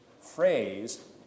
phrase